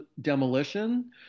demolition